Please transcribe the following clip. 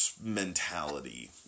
mentality